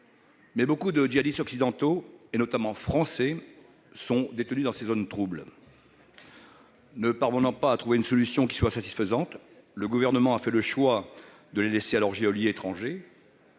Beaucoup de djihadistes occidentaux, notamment français, sont détenus dans des zones de troubles. Ne parvenant pas à trouver une solution qui soit satisfaisante, le Gouvernement a fait le choix de les laisser à leurs geôliers étrangers.